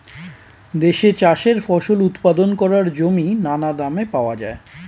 দেশে চাষের ফসল উৎপাদন করার জমি নানা দামে পাওয়া যায়